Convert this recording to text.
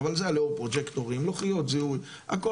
אבל זה היה לאור פרוג'קטורים,